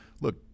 look